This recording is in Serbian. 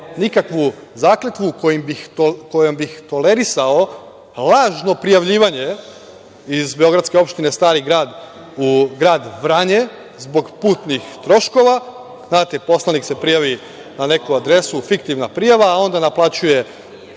nikakvu zakletvu kojom bih tolerisao lažno prijavljivanje iz beogradske opštine Stari grad u grad Vranje zbog putnih troškova. Znate, poslanik se prijavi na neku adresu, fiktivna prijava, a onda naplaćuje